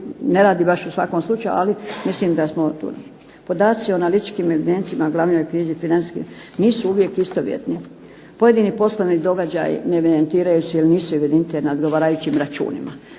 ne radi baš u svakom slučaju, ali mislim da smo tu negdje. Podaci o analitičkim evidencijama u glavnoj knjizi financijskoj nisu uvijek istovjetni. Pojedini poslovni događaji ne evidentiraju se ili nisu evidentirani na odgovarajućim računima.